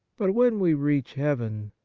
but when we reach heaven,